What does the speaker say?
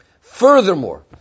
Furthermore